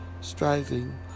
striving